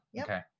Okay